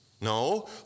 No